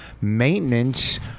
maintenance